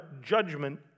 judgment